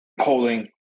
holding